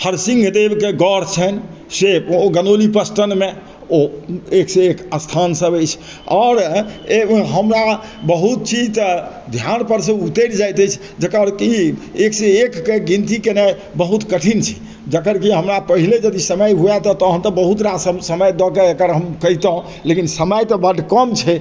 हरसिंह देवके गढ़ छन्हि से ओ गनौली पश्चिममे ओ एक सँ एक स्थान सब अछि आओर एक हमरा बहुत चीज तऽ ध्यानपर सँ उतरि जाइत अछि जकर कि एकसँ एकके गिनती केनाइ बहुत कठिन छै जकर कि हमरा पहिले यदि समय हुए तऽ हम बहुत रास समय दऽके एकर हम कहितहुँ लेकिन समय तऽ बड्ड कम छै